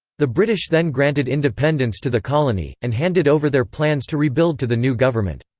the british then granted independence to the colony, and handed over their plans to rebuild to the new government.